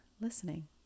listening